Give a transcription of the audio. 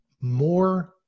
more